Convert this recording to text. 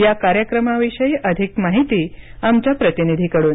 या कार्यक्रमाविषयी अधिक माहिती आमच्या प्रतिनिधीकडून